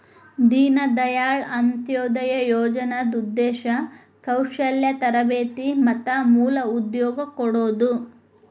ದೇನ ದಾಯಾಳ್ ಅಂತ್ಯೊದಯ ಯೋಜನಾದ್ ಉದ್ದೇಶ ಕೌಶಲ್ಯ ತರಬೇತಿ ಮತ್ತ ಮೂಲ ಉದ್ಯೋಗ ಕೊಡೋದು